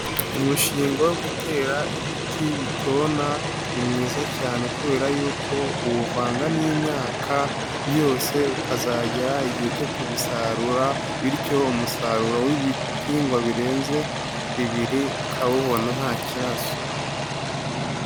Umushinga wo gutera ibiti bitona ni mwiza cyane kubera yuko uwuvanga n'imyaka byose ukazagera igihe cyo kubisarura bityo umusaruro w'ibihingwa birenze bibiri ukawubona ntakiazo.